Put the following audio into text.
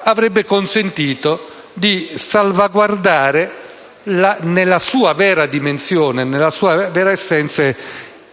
avrebbe consentito di salvaguardare nella sua vera dimensione e nella sua vera essenza